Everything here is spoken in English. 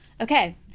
Okay